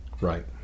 Right